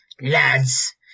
Lads